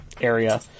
area